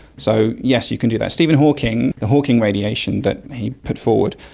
so yes, you can do that. stephen hawking, the hawking radiation that he put forward,